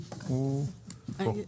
הוא פה.